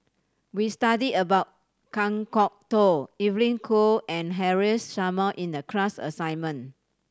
we studied about Kan Kwok Toh Evelyn Goh and Haresh Sharma in the class assignment